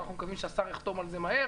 ואנחנו מקווים שהשר יחתום על זה מהר,